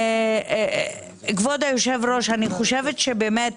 כבוד היושב-ראש, אני חושבת שבאמת